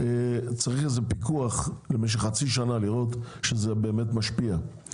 צריך איזה פיקוח למשך חצי שנה על מנת לראות שזה באמת משפיע.